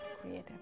creative